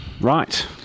Right